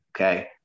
Okay